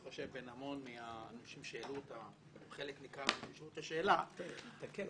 המון אנשים העלו אותה וחלק ניכר שאלו את השאלה שקשורה